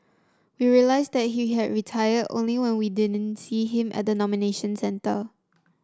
we realised that he had retired only when we didn't see him at the nomination centre